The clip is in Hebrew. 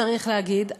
צריך להגיד,